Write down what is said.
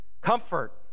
comfort